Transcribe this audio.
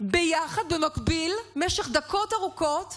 יחד במקביל במשך דקות ארוכות,